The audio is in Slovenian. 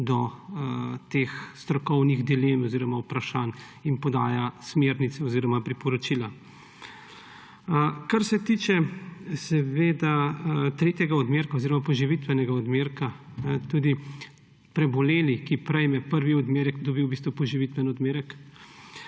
do teh strokovnih dilem oziroma vprašanj in podaja smernice oziroma priporočila. Kar se tiče tretjega odmerka oziroma poživitvenega odmerka, tudi preboleli, ki prejme prvi odmerek, dobi v bistvu poživitveni odmerek,